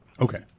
Okay